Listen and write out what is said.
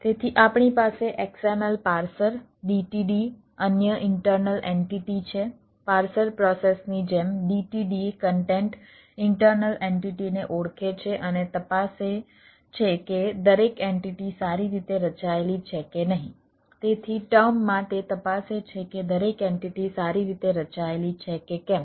તેથી આપણી પાસે XML પાર્સર DTD અન્ય ઇન્ટર્નલ માં તે તપાસે છે કે દરેક એન્ટિટી સારી રીતે રચાયેલી છે કે કેમ